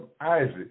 Isaac